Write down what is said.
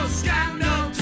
scandal